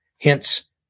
Hence